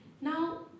Now